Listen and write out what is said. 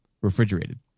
refrigerated